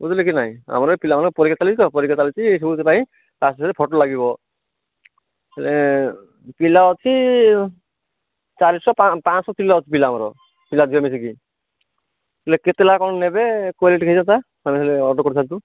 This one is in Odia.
ବୁଝିଲେକି ନାହିଁ ଆମର ଏ ପିଲାମାନଙ୍କ ପରୀକ୍ଷା ଚାଲିଛି ତ ପରୀକ୍ଷା ଚାଲିଛି ଏ ସବୁଥି ପାଇଁ ପାସପୋର୍ଟ ସାଇଜ ଫଟୋ ଲାଗିବ ଏ ପିଲା ଅଛି ଚାରିଶହ ପାଞ୍ଚଶହ ପିଲା ଆମର ପିଲା ଦିହେଁ ମିଶିକି ହେଲେ କେତେ ଲେଖା କ'ଣ ନେବେ କହିଲେ ଟିକେ ହେଇଥାନ୍ତା ମାନେ ହେଲେ ଅର୍ଡ଼ର କରିଥାନ୍ତୁ